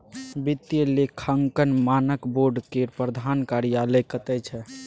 वित्तीय लेखांकन मानक बोर्ड केर प्रधान कार्यालय कतय छै